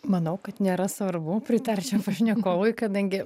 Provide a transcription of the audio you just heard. manau kad nėra svarbu pritarčiau pašnekovui kadangi